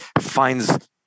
finds